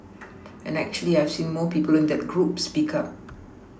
and actually I've seen more people in that group speak up